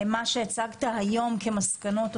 המסקנות שהצגת,